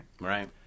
Right